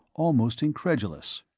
almost incredulous.